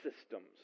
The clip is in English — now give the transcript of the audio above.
systems